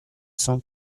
cent